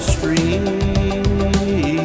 Street